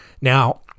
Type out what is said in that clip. Now